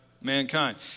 mankind